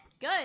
good